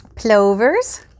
Plovers